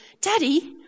Daddy